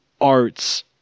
arts